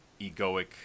egoic